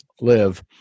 live